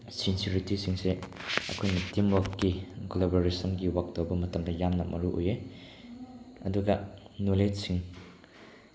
ꯁꯤꯟꯁꯔꯔꯤꯇꯤꯁꯤꯡꯁꯦ ꯑꯩꯈꯣꯏꯅ ꯇꯤꯝ ꯋꯥꯔꯛꯀꯤ ꯀꯣꯂꯥꯕꯣꯔꯦꯁꯟꯒꯤ ꯋꯥꯔꯛ ꯇꯧꯕ ꯃꯇꯝꯗ ꯌꯥꯝꯅ ꯃꯔꯨ ꯑꯣꯏꯑꯦ ꯑꯗꯨꯒ ꯅꯣꯂꯦꯖꯁꯤꯡ